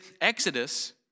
exodus